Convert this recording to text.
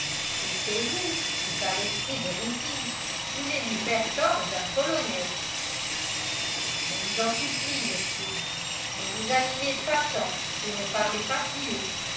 et c'est vous qui par esprit de routine voulez lui faire tort d'un colonel je vous en supplie monsieur ne vous animez pas tant et ne parlez pas si haut